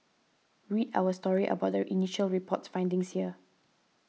read our story about the initial report's findings here